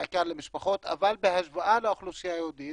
בעיקר למשפחות, אבל בהשוואה לאוכלוסייה היהודית